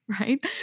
right